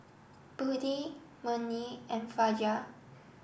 Budi Murni and Fajar